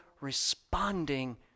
responding